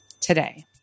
today